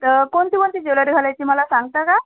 तर कोणती कोणती ज्वेलरी घालायची मला सांगता का